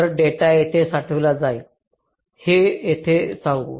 तर डेटा येथे साठवला जाईल हे येथे सांगू